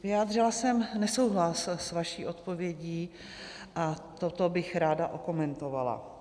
Vyjádřila jsem nesouhlas s vaší odpovědí a toto bych ráda okomentovala.